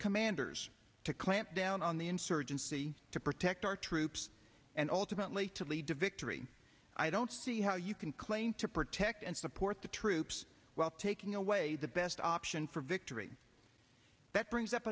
commanders to clamp down on the insurgency to protect our troops and ultimately to lead to victory i don't see how you can claim to protect and support the troops while taking away the best option for victory that brings up